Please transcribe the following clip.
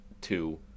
two